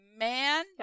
man